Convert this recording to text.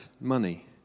money